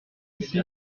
ici